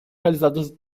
realizadas